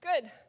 good